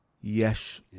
Yes